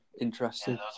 interesting